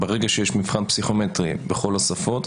ברגע שיש מבחן פסיכומטרי בכל השפות,